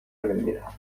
بمیرم